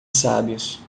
sábios